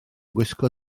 gwisgo